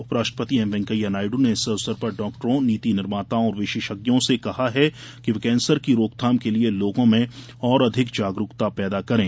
उप राष्ट्रपति एमवेंकैया नायडू ने इस अवसर पर डॉक्टरों नीति निर्माताओं और विशेषज्ञों से कहा है कि वे कैंसर की रोकथामें के लिए लोगों में और अधिक जागरूकता पैदा करें